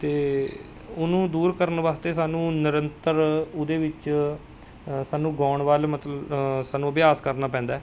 ਅਤੇ ਉਹਨੂੰ ਦੂਰ ਕਰਨ ਵਾਸਤੇ ਸਾਨੂੰ ਨਿਰੰਤਰ ਉਹਦੇ ਵਿੱਚ ਸਾਨੂੰ ਗਾਉਣ ਵੱਲ ਮਤਲਬ ਸਾਨੂੰ ਅਭਿਆਸ ਕਰਨਾ ਪੈਂਦਾ